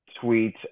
tweet